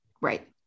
Right